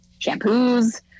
shampoos